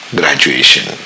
graduation